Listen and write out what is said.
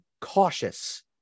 cautious